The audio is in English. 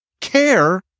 CARE